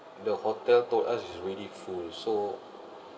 the hotel told us is really full so